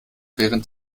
während